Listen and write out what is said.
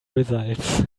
results